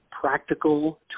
practical